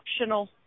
optional